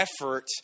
effort